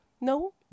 No